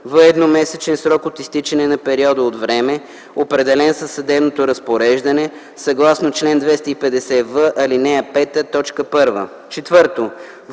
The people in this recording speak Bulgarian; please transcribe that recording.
в едномесечен срок от изтичане на периода от време, определен със съдебното разпореждане съгласно чл. 250в, ал. 5, т.